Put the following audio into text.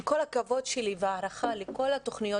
עם כל הכבוד שלי וההערכה לכל התוכניות